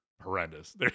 horrendous